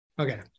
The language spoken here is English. Okay